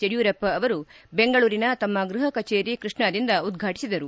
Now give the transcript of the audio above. ಯಡಿಯೂರಪ್ಪ ಅವರು ಬೆಂಗಳೂರಿನ ತಮ್ಮ ಗೃಹ ಕಚೇರಿ ಕೃಷ್ಣಾದಿಂದ ಉದ್ಘಾಟಿಸಿದರು